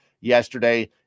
yesterday